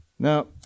Now